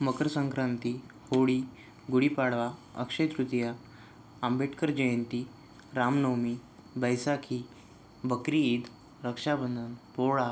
Makar Sankranti Holi Gudi Padwa Akshaya Tritiya Ambedkar Jayanti Ram Navami Baisakhi Bakri Eid Raksha Bandhan Pola